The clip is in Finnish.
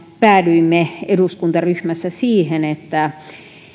päädyimme eduskuntaryhmässä siihen että